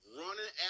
running